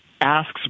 asks